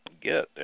get